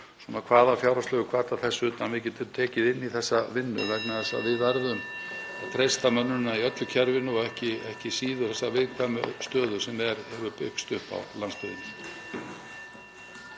hvaða fjárhagslegu hvata þess utan við getum tekið inn í þessa vinnu, vegna þess að við verðum að treysta mönnun í öllu kerfinu og ekki síður bregðast við þessari viðkvæmu stöðu sem hefur byggst upp á landsbyggðinni.